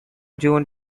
june